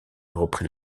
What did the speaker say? reprit